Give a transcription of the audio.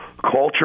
culture